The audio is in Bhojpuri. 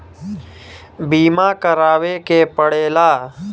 बीमा करावे के पड़ेला